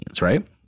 right